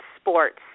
sports